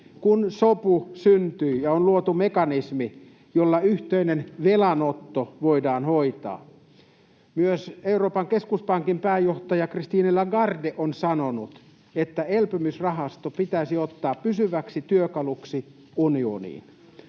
kun sopu syntyi ja on luotu mekanismi, jolla yhteinen velanotto voidaan hoitaa. Myös Euroopan keskuspankin pääjohtaja Christine Lagarde on sanonut, että elpymisrahasto pitäisi ottaa pysyväksi työkaluksi unioniin.